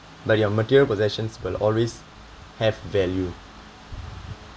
but your material possessions will always have value